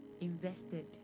invested